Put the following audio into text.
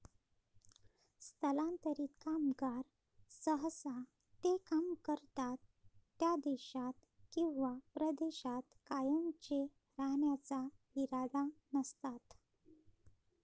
स्थलांतरित कामगार सहसा ते काम करतात त्या देशात किंवा प्रदेशात कायमचे राहण्याचा इरादा नसतात